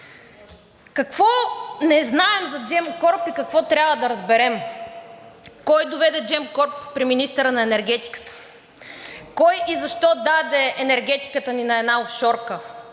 Какво не знаем за Gemcorp и какво трябва да разберем? Кой доведе Gemcorp при министъра на енергетиката? Кой и защо даде енергетиката ни на една офшорка?